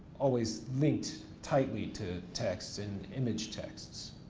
always linked tightly to texts and image texts.